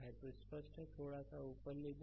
तो स्पष्ट है कि यह थोड़ा ऊपर ले जाएँ